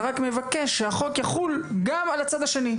אתה רק מבקש שהחוק חול גם על הצד השני.